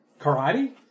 karate